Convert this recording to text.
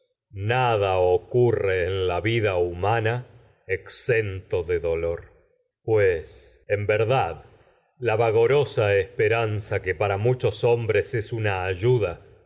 nada en ocurre en la vida exento de pues verdad la